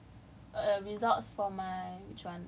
I just got my I just go my apa